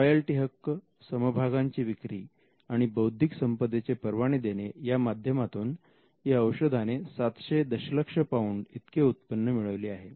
royalty हक्क समभागांची विक्री आणि बौध्दिक संपदेचे परवाने देणे या माध्यमातून या औषधाने सातशे दशलक्ष पाउंड इतके उत्पन्न मिळविले आहे